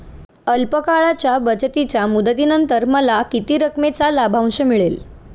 अल्प काळाच्या बचतीच्या मुदतीनंतर मला किती रकमेचा लाभांश मिळेल?